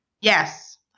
Yes